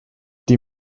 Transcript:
die